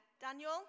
Daniel